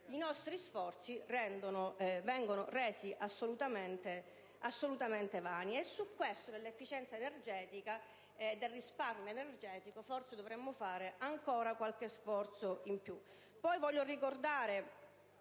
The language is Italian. i nostri sforzi verranno resi assolutamente vani. Sul tema dell'efficienza energetica e del risparmio energetico forse dovremo fare ancora qualche sforzo in più.